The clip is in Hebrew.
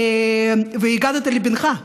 "והגדת לבנך",